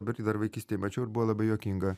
bet tai dar vaikystėj mačiau ir buvo labai juokinga